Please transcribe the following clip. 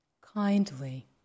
kindly